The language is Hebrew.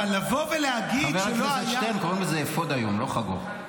חבר הכנסת שטרן, קוראים לזה אפוד היום, לא חגור.